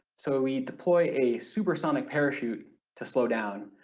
so we deploy a supersonic parachute to slow down,